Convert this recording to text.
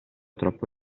troppo